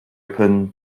open